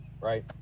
right